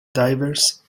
divers